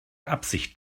absicht